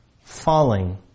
falling